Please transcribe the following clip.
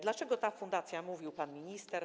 Dlaczego ta fundacja, mówił pan minister.